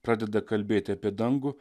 pradeda kalbėti apie dangų